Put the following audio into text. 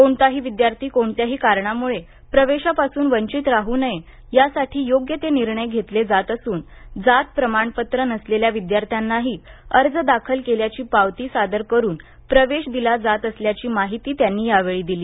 कोणताही विद्यार्थी कोणत्याही कारणामुळे प्रवेशापासून वंचित राह नये यासाठी योग्य ते निर्णय धेतले जात असून जात प्रमाणपत्र नसलेल्या विदयार्थ्यांनाही अर्ज दाखल केल्याची पावती सादर करुन प्रवेश दिला जात असल्याची माहिती त्यांनी यावेळी दिली